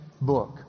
book